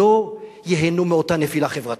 לא ייהנו מאותה נפילה חברתית,